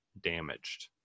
damaged